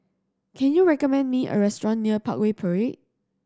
can you recommend me a restaurant near Parkway Parade